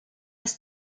ist